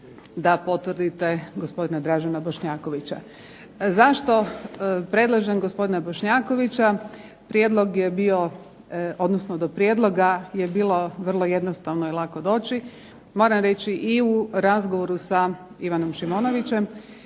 da potvrdite gospodina Dražena Bošnjakovića. Zašto predlažem gospodina Bošnjakovića. Prijedlog je bio, do prijedloga je bilo vrlo jednostavno i lako doći. Moram reći i u razgovoru s Ivanom Šimonovićem,